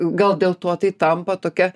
gal dėl to tai tampa tokia